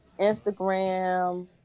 Instagram